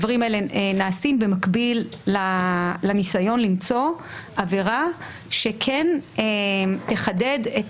הדברים האלה נעשים במקביל לניסיון למצוא עבירה שכן תחדד את